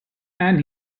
and